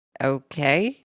Okay